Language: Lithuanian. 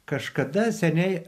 kažkada seniai